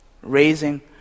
Raising